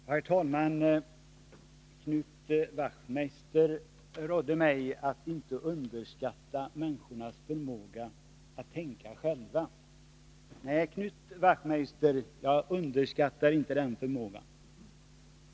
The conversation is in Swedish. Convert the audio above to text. Herr talman! Knut Wachtmeister rådde mig att inte underskatta människornas förmåga att tänka själva. Nej, Knut Wachtmeister, det gör jag inte.